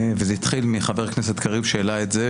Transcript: וזה התחיל מחבר הכנסת קריב שהעלה את זה,